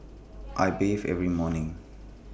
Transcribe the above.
I bathe every morning